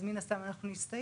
אז מן הסתם אנחנו נסתייג.